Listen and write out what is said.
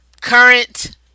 current